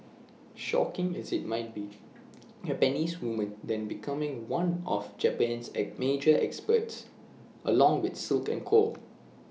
shocking as IT might be Japanese woman then became one of Japan's at major experts along with silk and coal